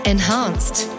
Enhanced